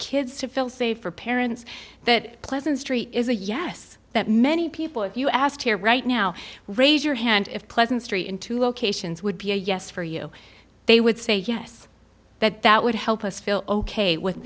kids to feel safe for parents that pleasant street is a yes that many people if you ask here right now raise your hand if pleasant street in two locations would be a yes for you they would say yes that that would help us feel ok with